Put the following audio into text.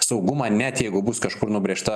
saugumą net jeigu bus kažkur nubrėžta